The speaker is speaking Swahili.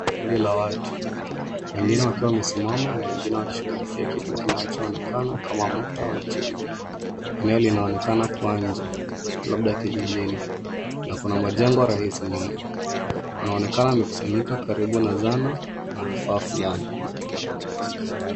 Kundi la watu, wengine wakiwa wamesimama na wengine wakishughulikia kitu kinachoonekana kama moto. Eneo linaonekana kuwa nje, labda kijijini na kuna majengo rahisi nyuma. Panaonekana mikusanyiko karibu na zana na vifaa fulani.